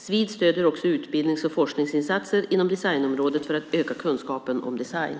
Svid stöder också utbildnings och forskningsinsatser inom designområdet för att öka kunskapen om design.